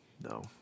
no